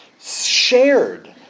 shared